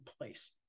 place